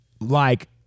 like-